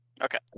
Okay